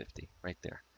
fifty right there.